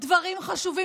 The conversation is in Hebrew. דברים חשובים,